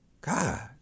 God